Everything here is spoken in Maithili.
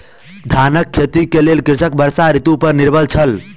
धानक खेती के लेल कृषक वर्षा ऋतू पर निर्भर छल